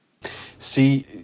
See